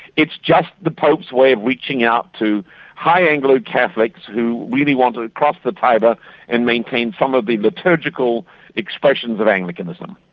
it's just the pope's way of reaching out to high anglo-catholics who really want to to cross the tiber and maintain some of the liturgical expressions of anglicanism.